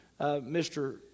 Mr